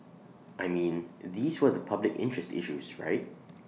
I mean these were the public interest issues right